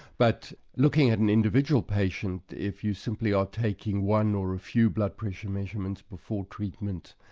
but looking at an individual patient, if you simply are taking one or a few blood pressure measurements before treatment,